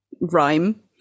rhyme